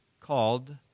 called